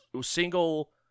single